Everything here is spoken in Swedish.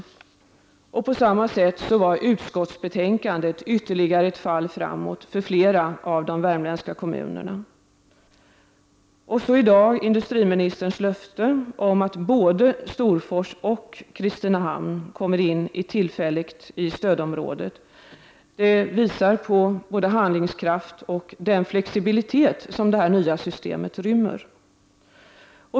På samma sätt innebär utskottbetänkandet ytterligare ett fall framåt för flera av de värmländska kommunerna. Industriministerns löfte i dag att både Storfors och Kristinehamn kommer in i tillfälligt stödområdet visar på handlingskraft och den flexibilitet som det nya systemet rymmer.